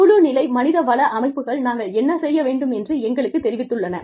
குழு நிலை மனிதவள அமைப்புகள் நாங்கள் என்ன செய்ய வேண்டும் என்று எங்களுக்குத் தெரிவித்துள்ளன